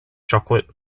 chocolate